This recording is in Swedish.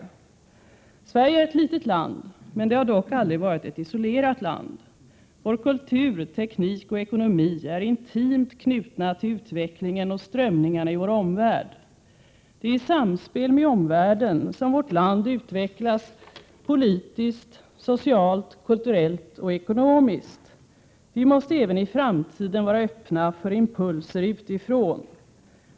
1 Sverige är ett litet land = men det har dock aldrig varit ett isolerat land. Vår kultur, teknik och ekonomi är intimt knutna till utvecklingen och strömningarna i vår omvärld. Det är i samspel med omvärlden som vårt land utvecklas politiskt, socialt, kulturellt och ekonomiskt. Vi måste även i framtiden vara öppna för impulser utifrån.